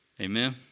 Amen